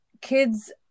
kids